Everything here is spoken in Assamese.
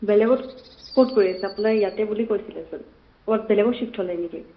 বেলেগত ক'ত কৰি আছে আপোনাৰ ইয়াতে বুলি কৈছিলেচোন ক'ৰবাত বেলেগত চিফ্ট হ'ল নেকি